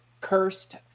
cursed